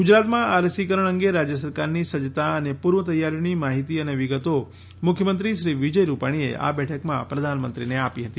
ગુજરાતમાં આ રસીકરણ અંગે રાજ્ય સરકારની સજ્જતા અને પૂર્વ તૈયારીઓની માહિતી અને વિગતો મુખ્યમંત્રી શ્રી વિજય રૂપાણીએ આ બેઠકમાં પ્રધાનમંત્રીને આપી હતી